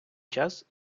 час